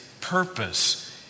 purpose